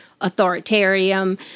authoritarian